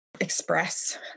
express